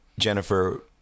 Jennifer